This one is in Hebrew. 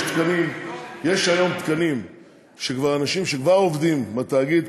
יש היום תקנים ואנשים שכבר עובדים בתאגיד.